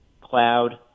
cloud